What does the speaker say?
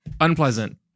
Unpleasant